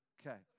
Okay